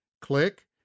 click